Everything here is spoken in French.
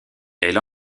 elle